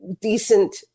decent